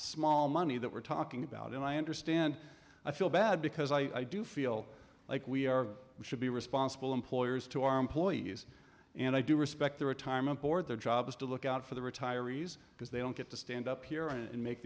small money that we're talking about and i understand i feel bad because i do feel like we are we should be responsible employers to our employees and i do respect their retirement board their job is to look out for the retirees because they don't get to stand up here and